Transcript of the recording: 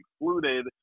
excluded